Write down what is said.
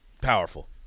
powerful